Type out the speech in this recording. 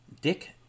Dick